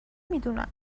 میدونم